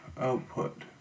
Output